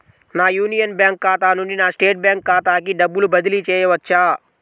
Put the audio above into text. నా Union Bank ఖాతా నుండి నా స్టేట్ బ్యాంకు ఖాతాకి డబ్బు బదిలి చేయవచ్చా?